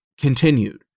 continued